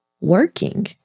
working